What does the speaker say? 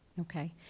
okay